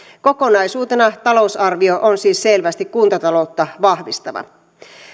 kokonaisuutena talousarvio on siis selvästi kuntataloutta vahvistava